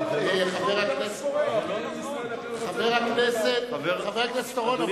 חבר הכנסת אורון.